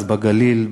בגליל,